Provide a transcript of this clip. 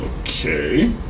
Okay